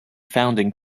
founding